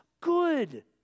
good